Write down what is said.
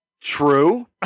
True